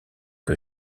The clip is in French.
que